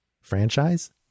franchise